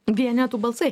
vienetų balsai